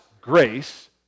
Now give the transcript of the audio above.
grace